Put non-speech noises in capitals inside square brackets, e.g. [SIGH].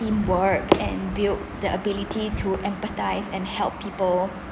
in work [NOISE] and built the ability to empathize and help people